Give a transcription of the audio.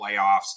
playoffs